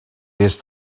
des